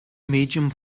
medium